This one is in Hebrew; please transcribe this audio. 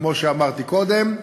כמו שאמרתי קודם,